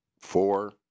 four